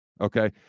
Okay